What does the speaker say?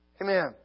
Amen